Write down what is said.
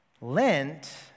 Lent